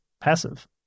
passive